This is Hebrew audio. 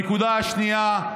הנקודה השנייה: